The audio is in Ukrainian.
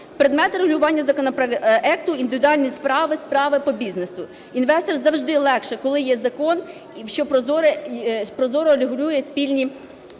Предмет регулювання законопроекту – індивідуальні справи, справи по бізнесу. Інвестору завжди легше, коли є закон, що прозоро регулює спільні